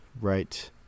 right